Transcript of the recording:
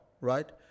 right